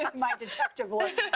yeah my detective work.